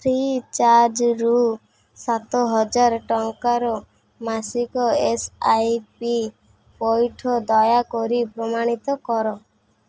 free ଚାର୍ଜ୍ରୁ ସାତହଜାର ଟଙ୍କାର ମାସିକ ଏସ୍ ଆଇ ପି ପଇଠ ଦୟାକରି ପ୍ରମାଣିତ କର